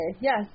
yes